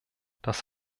das